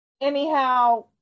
anyhow